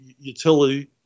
utility